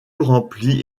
remplit